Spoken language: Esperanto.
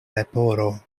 leporo